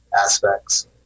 aspects